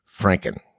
franken